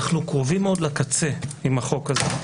אנחנו קרובים מאוד לקצה עם החוק הזה.